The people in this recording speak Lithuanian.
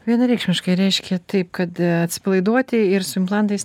vienareikšmiškai reiškia taip kad atsipalaiduoti ir su implantais